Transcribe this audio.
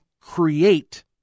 create